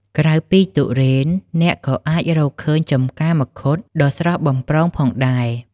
ក្រៅពីទុរេន អ្នកក៏អាចរកឃើញចម្ការមង្ឃុតដ៏ស្រស់បំព្រងផងដែរ។